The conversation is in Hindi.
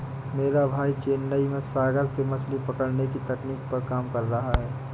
मेरा भाई चेन्नई में सागर से मछली पकड़ने की तकनीक पर काम कर रहा है